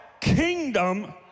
kingdom